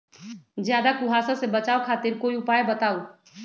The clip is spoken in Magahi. ज्यादा कुहासा से बचाव खातिर कोई उपाय बताऊ?